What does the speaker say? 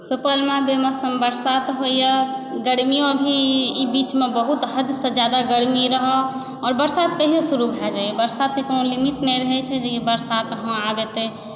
सुपौलमे बेमौसम बरसात होइए गर्मिओ भी ई बीचमे बहुत हद से ज्यादा गर्मी रहै आओर बरसात कहिओ शुरु भए जाइया बरसातके कोनो लिमिट नहि रहै छै जे ई बरसात हँ आब एतै